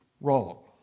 wrong